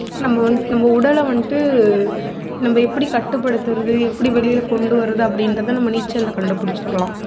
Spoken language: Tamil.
நம்ம வந்துட் நம்ம உடலை வந்துட்டு நம்ம எப்படி கட்டுப்படுத்துகிறது எப்படி வெளியில் கொண்டுவர்றது அப்படின்றத நம்ம நீச்சலில் கண்டுபிடுச்சுறலாம்